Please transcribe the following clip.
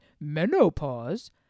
menopause